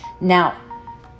Now